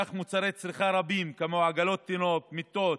כך מוצרי צריכה רבים כמו עגלות תינוק, מיטות,